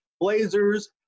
Blazers